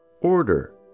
Order